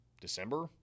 December